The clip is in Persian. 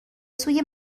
سوی